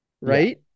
right